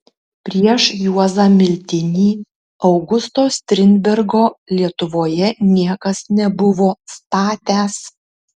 prieš juozą miltinį augusto strindbergo lietuvoje niekas nebuvo statęs